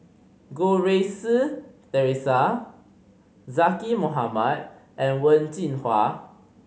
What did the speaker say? Goh Rui Si Theresa Zaqy Mohamad and Wen Jinhua